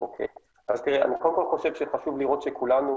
אז אני קודם כול חושב שחשוב לראות שלכולנו